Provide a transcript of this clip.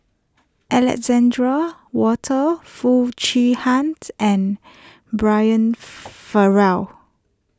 Alexander Wolters Foo Chee Hant and Brian Farrell